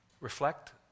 reflect